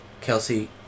Kelsey